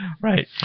Right